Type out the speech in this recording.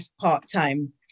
part-time